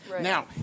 Now